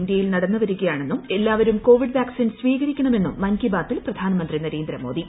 ഇന്ത്യയിൽ നടന്നു വരികയാണെന്നും ഇപ്പോൾ എല്ലാവരും കോവിഡ് വാക്സിൻ സ്വീകരിക്കണമെന്നും മൻ കി ബാത്തിൽ പ്രധാനമന്ത്രി നരേന്ദ്രമോദി